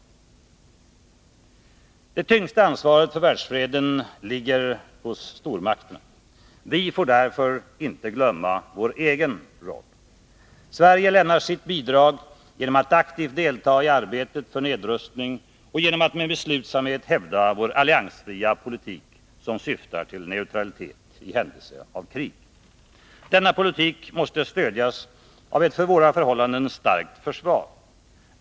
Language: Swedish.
Det tyngsta ansvaret för världsfreden ligger hos stormakterna. Vi får därför inte glömma vår egen roll. Sverige lämnar sitt bidrag genom att aktivt delta i arbetet för nedrustning och genom att med beslutsamhet hävda vår alliansfria politik, som syftar till neutralitet i händelse av krig. Denna politik måste stödjas av ett för våra förhållanden starkt försvar.